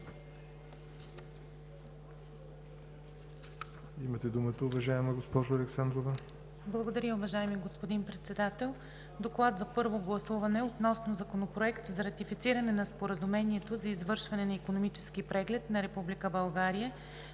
Имате думата, уважаема госпожо Александрова.